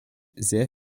sehr